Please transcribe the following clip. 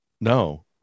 No